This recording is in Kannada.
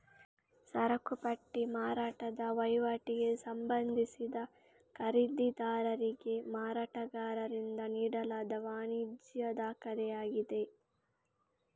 ಸರಕು ಪಟ್ಟಿ ಮಾರಾಟದ ವಹಿವಾಟಿಗೆ ಸಂಬಂಧಿಸಿದ ಖರೀದಿದಾರರಿಗೆ ಮಾರಾಟಗಾರರಿಂದ ನೀಡಲಾದ ವಾಣಿಜ್ಯ ದಾಖಲೆಯಾಗಿದೆ